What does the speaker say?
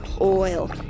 oil